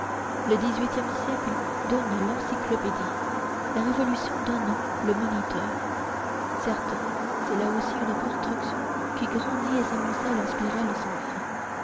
le dix-huitième siècle donne l'encyclopédie la révolution donne le moniteur certes c'est là aussi une construction qui grandit et s'amoncelle en spirales sans fin